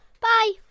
Bye